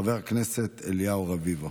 חבר הכנסת אליהו רביבו.